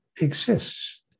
exists